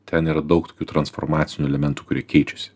ten yra daug tokių transformacinių elementų kurie keičiasi